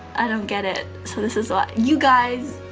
i don't get it so this is all. you guys,